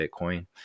Bitcoin